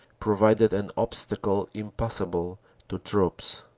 provided an obstacle impassable to troops.